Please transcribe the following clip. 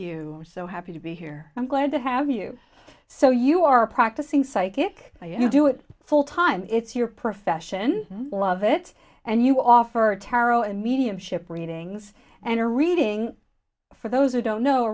you so happy to be here i'm glad to have you so you are practicing psychic you do it full time it's your profession i love it and you offer carol and mediumship readings and a reading for those who don't know